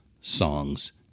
Songs